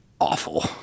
awful